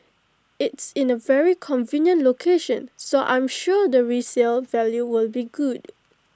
it's in A very convenient location so I'm sure the resale value will be good